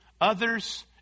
others